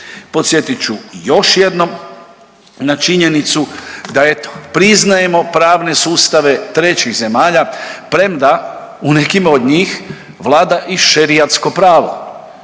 Podsjetit ću još jednom na činjenicu da eto priznajemo pravne sustave trećih zemalja, premda u nekima od njih vlada i šerijatsko pravo.